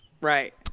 right